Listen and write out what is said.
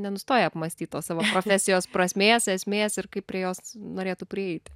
nenustoja apmąstyt tos savo profesijos prasmės esmės ir kaip prie jos norėtų prieiti